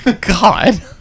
God